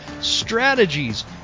strategies